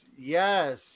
Yes